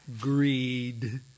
greed